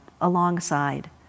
alongside